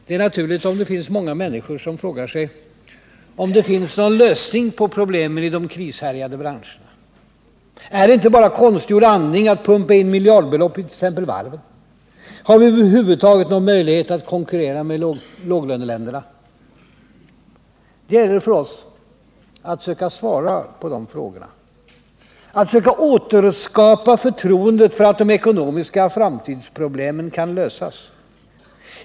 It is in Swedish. Det är naturligt om det finns många människor som frågar sig om det finns någon lösning på problemen i de krishärjade branscherna. Är det inte bara konstgjord andning att pumpa in miljardbelopp i t.ex. varven? Har vi över huvud taget någon möjlighet att konkurrera med låglöneländerna? Det gäller för oss att söka svara på de frågorna, att söka återskapa förtroendet för att de ekonomiska framtidsproblemen kan lösas.